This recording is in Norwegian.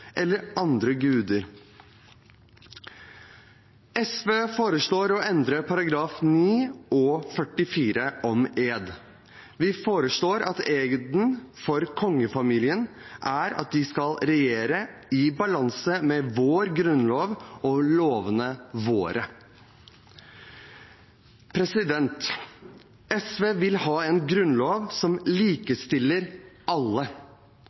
eller andre guder. SV foreslår å endre §§ 9 og 44 om ed. Vi foreslår at eden for kongefamilien er at de skal regjere i balanse med vår grunnlov og lovene våre. SV vil ha en grunnlov som likestiller alle